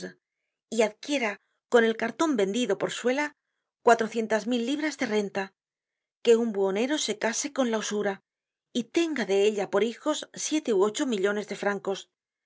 y adquiera con el carton vendido por suela cuatrocientas mil libras de renta que un buhonero se case con la usura y tenga de ella por hijos siete ú ocho millones de francos